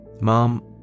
Mom